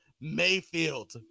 Mayfield